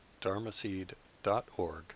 dharmaseed.org